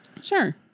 Sure